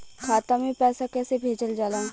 खाता में पैसा कैसे भेजल जाला?